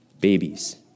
babies